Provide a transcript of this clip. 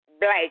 Black